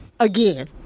Again